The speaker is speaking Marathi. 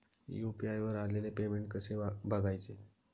यु.पी.आय वर आलेले पेमेंट कसे बघायचे?